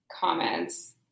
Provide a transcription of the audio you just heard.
comments